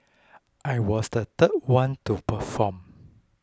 I was the third one to perform